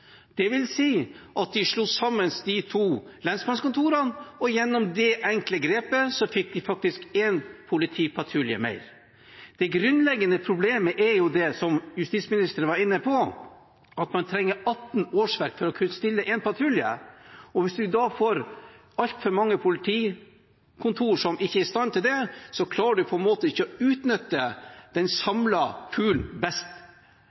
at de slo sammen de to lensmannskontorene, og gjennom det enkle grepet fikk de faktisk én politipatrulje mer. Det grunnleggende problemet er jo det justisministeren var inne på, at man trenger 18 årsverk for å kunne stille én patrulje. Hvis vi da får altfor mange politikontor som ikke er i stand til det, klarer man på en måte ikke utnytte den samlede poolen best